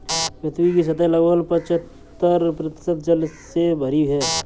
पृथ्वी की सतह लगभग पचहत्तर प्रतिशत जल से भरी है